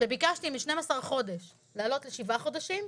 שביקשתי מ-12 חודש לעלות לשבעה חודשים,